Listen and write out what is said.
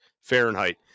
Fahrenheit